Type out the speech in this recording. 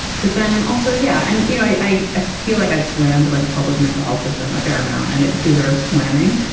but then also. yeah. and, you know, i ah feel like i've slammed like the public mental health system a fair amount and it deserves slamming,